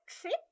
trip